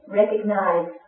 recognize